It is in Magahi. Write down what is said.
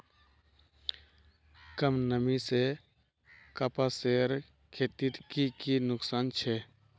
कम नमी से कपासेर खेतीत की की नुकसान छे?